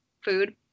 food